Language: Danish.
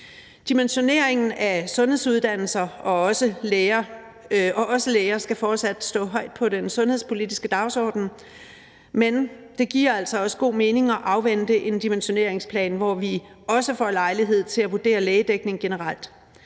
Dimensioneringen af sundhedsuddannelser og også af læger skal fortsat stå højt på den sundhedspolitiske dagsorden, men det giver altså god mening at afvente en dimensioneringsplan, hvor vi også får lejlighed til at vurdere lægedækningen generelt.